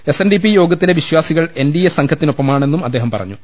S N D P യോഗത്തിലെ വിശ്വാസികൾ N D A സംഘത്തിനൊപ്പമാണെന്നും അദ്ദേഹം പറഞ്ഞു